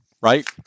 right